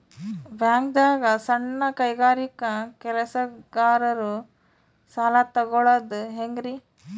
ಬ್ಯಾಂಕ್ದಾಗ ಸಣ್ಣ ಕೈಗಾರಿಕಾ ಕೆಲಸಗಾರರು ಸಾಲ ತಗೊಳದ್ ಹೇಂಗ್ರಿ?